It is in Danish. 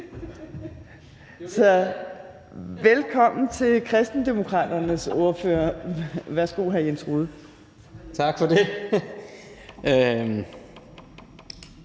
velkommen til Kristendemokraternes ordfører. Værsgo, hr. Jens Rohde.